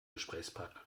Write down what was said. gesprächspartner